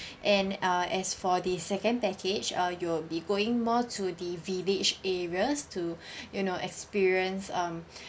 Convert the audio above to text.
and uh as for the second package uh you will be going more to the village areas to you know experience um